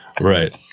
Right